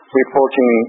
reporting